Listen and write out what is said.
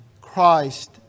Christ